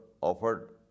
offered